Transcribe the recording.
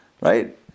Right